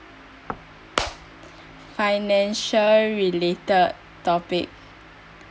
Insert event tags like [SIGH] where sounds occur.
[NOISE] financial related topic